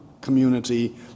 community